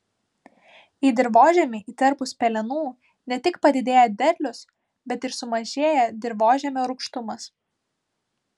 į dirvožemį įterpus pelenų ne tik padidėja derlius bet ir sumažėja dirvožemio rūgštumas